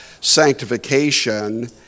sanctification